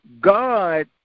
God